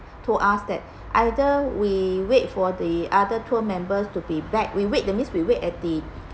told us that either we wait for the other tour members to be back we wait that means we wait at the